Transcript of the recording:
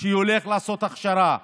שהולך לעשות הכשרה,